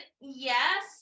yes